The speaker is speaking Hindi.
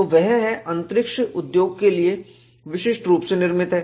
तो वह है अंतरिक्ष उद्योग के लिए विशिष्ट रूप से निर्मित है